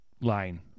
line